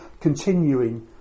continuing